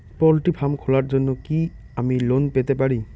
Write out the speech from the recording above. Poultry farm খোলার জন্য কি আমি লোন পেতে পারি?